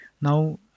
now